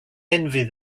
envy